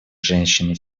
женщины